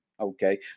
okay